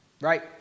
Right